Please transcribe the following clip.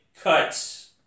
cuts